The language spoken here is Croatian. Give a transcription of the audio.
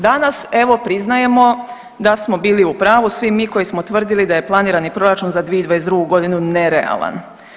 Danas evo priznajemo da smo bili u pravu svi mi koji smo tvrdili da je planirani proračun za 2022.g. nerealan.